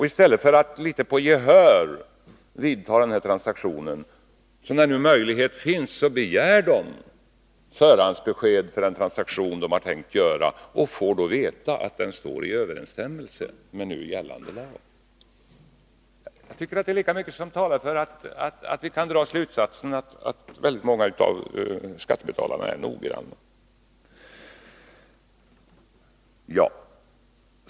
I stället för att litet på gehör vidta en transaktion utnyttjar de denna möjlighet att begära ett förhandsbesked beträffande den transaktion som de har tänkt göra. De får då veta att den står i överensstämmelse med nu gällande lag. Vi kan därav dra slutsatsen att väldigt många skattebetalare är noggranna.